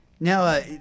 Now